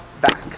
back